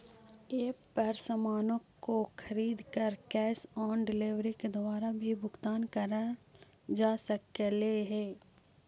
app पर सामानों को खरीद कर कैश ऑन डिलीवरी के द्वारा भी भुगतान करल जा सकलई